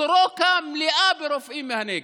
סורוקה מלאה ברופאים מהנגב,